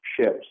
ships